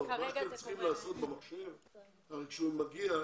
כשהיא מגיעה,